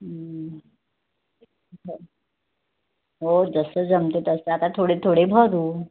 हो जसं जमतो तसं आता थोडे थोडे भरू